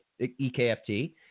EKFT